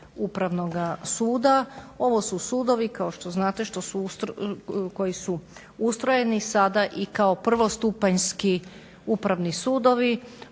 upravnog suda. Ovo su sudovi kao što znate koji su ustrojeni sada kao i prvostupanjski upravni sudovi